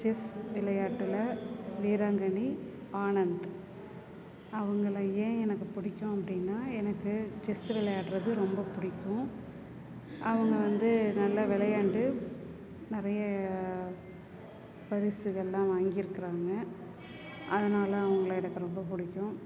chess விளையாட்டில் வீராங்கனி ஆனந்த் அவங்கள ஏன் எனக்கு பிடிக்கும் அப்படினா எனக்கு செஸ் விளையாடுறது ரொம்ப பிடிக்கும் அவங்க வந்து நல்லா விளையாண்டு நெறைய பரிசுகள்லாம் வாங்கிருக்கிறாங்க அதனால் அவங்கள எனக்கு ரொம்ப பிடிக்கும்